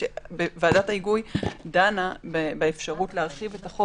ועדת ההיגוי דנה באפשרות להרחיב את החוק